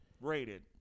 Rated